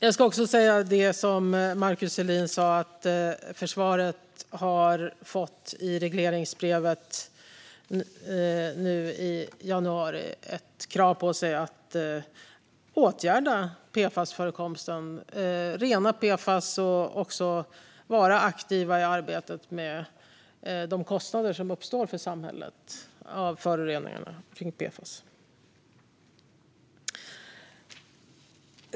Jag ska också nämna det som Markus Selin tog upp, nämligen att försvaret i regleringsbrevet i januari fick ett krav på sig att åtgärda PFAS-förekomsten, rena PFAS och vara aktiva i arbetet med de kostnader som uppstår för samhället till följd av PFAS-föroreningar.